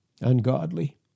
ungodly